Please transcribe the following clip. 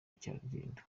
mukerarugendo